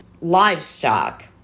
livestock